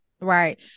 Right